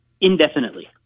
indefinitely